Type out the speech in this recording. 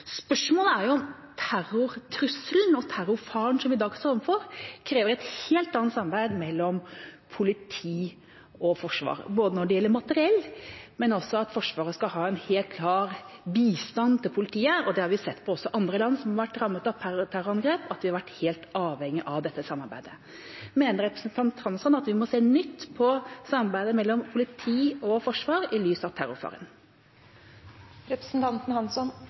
Spørsmålet er: Terrortrusselen og terrorfaren vi i dag står overfor, krever et helt annet samarbeid mellom politi og forsvar, både når det gjelder materiell, og at Forsvaret skal yte helt klar bistand til politiet. Det har vi sett også i andre land som har vært rammet av terrorangrep, at de har vært helt avhengige av dette samarbeidet. Mener representanten Hansson at vi må se nytt på samarbeidet mellom politi og forsvar i lys av